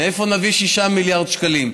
מאיפה נביא 6 מיליארד שקלים?